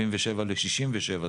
77% ל-67%,